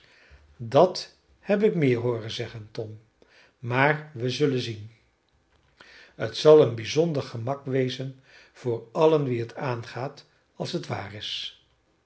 dat heb ik meer hooren zeggen tom maar wij zullen zien het zal een bijzonder gemak wezen voor allen wie het aangaat als het waar is